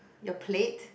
your plate